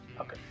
okay